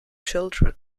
children